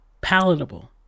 palatable